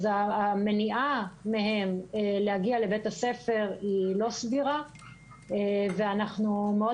המניעה מהם להגיע לבית הספר היא לא סבירה ואנחנו מאוד